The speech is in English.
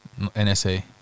NSA